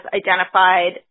identified